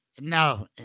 No